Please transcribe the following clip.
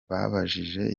babajije